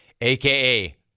aka